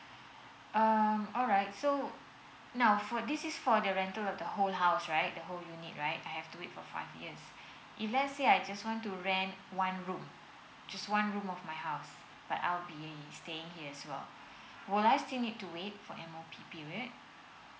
um alright so now for this is for the rental of the whole house right the whole unit right I have to wait for five years if let's say I just want to rent one room just one room at my house but I'll be staying here as well would iIstill need to wait for M_O_P period